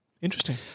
interesting